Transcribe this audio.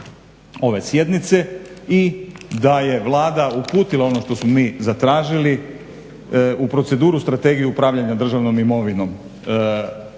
ove sjednice i da je Vlada uputila ono što smo mi zatražili. U proceduru, strategiju upravljanja državnom imovinom.